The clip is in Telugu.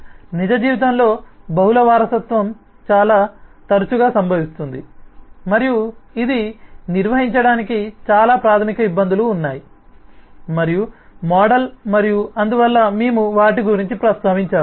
నిజ జీవితంలో బహుళ వారసత్వం చాలా తరచుగా సంభవిస్తుంది మరియు ఇది నిర్వహించడానికి చాలా ప్రాథమిక ఇబ్బందులు ఉన్నాయి మరియు మోడల్ మరియు అందువల్ల మేము వాటి గురించి ప్రస్తావించాము